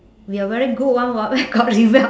we are very good one [what] where got rebel